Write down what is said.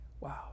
Wow